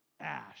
ash